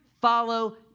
follow